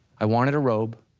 i wanted a robe,